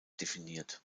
definiert